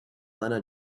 lenna